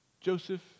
Joseph